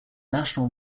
national